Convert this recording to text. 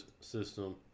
system